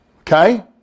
Okay